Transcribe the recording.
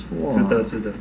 值得值得